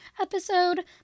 episode